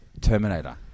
Terminator